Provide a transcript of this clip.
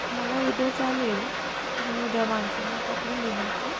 मला उद्या चालेल तुम्ही उद्या माणसांना पाठवून देणार का